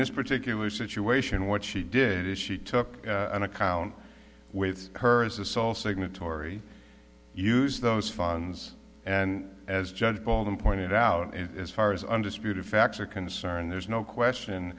this particular situation what she did is she took an account with her as the sole signatory use those funds and as judge ball them pointed out and as far as undisputed facts are concerned there's no question